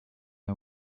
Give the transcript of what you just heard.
eye